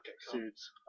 suits